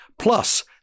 plus